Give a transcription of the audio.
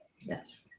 Yes